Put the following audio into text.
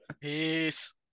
Peace